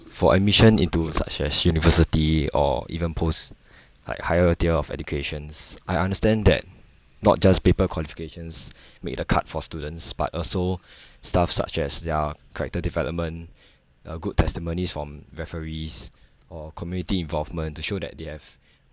for admission into such as university or even post like higher tier of educations I understand that not just paper qualifications make the cut for students but also stuff such as their character development a good testimonies from referees or community involvement to show that they have